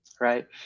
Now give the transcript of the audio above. right